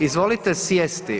Izvolite sjesti.